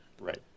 Right